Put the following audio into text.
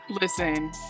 Listen